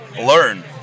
learn